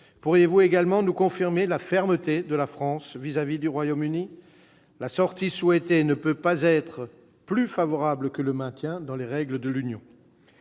Pourriez-vous également nous confirmer la fermeté de la France vis-à-vis de ce pays ? La sortie souhaitée ne peut pas être plus favorable pour lui que son maintien dans les règles de l'Union